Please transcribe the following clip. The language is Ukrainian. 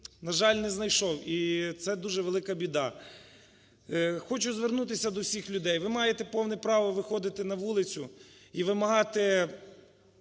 на жаль, не знайшов. І це дуже велика біда. Хочу звернутися до всіх людей. Ви маєте повне право виходити на вулицю і вимагати